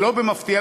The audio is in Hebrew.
לא במפתיע,